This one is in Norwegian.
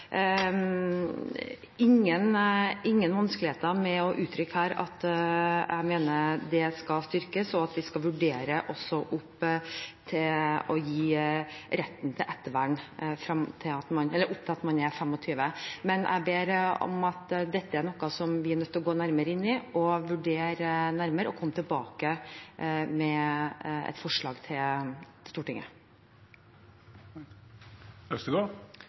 ingen vanskeligheter med å uttrykke her at jeg mener det skal styrkes, og at vi også skal vurdere å gi retten til ettervern opp til man er 25 år. Men dette er noe som vi er nødt til å gå nærmere inn i, vurdere nærmere og komme tilbake med et forslag til Stortinget.